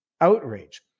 outrage